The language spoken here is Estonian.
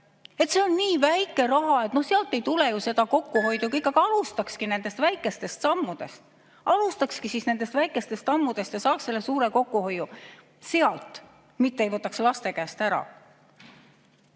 see on nii väike raha, et sealt ei tule ju seda kokkuhoidu. Aga alustakski nendest väikestest sammudest. Alustakski siis nendest väikestest sammudest ja saaks selle suure kokkuhoiu sealt, mitte ei võtaks laste käest ära.